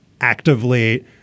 actively